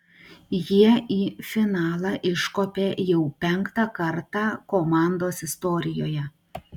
jie į finalą iškopė jau penktą kartą komandos istorijoje